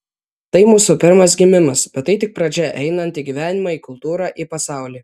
tai mūsų pirmas gimimas bet tai tik pradžia einant į gyvenimą į kultūrą į pasaulį